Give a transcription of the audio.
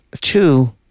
two